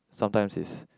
sometimes is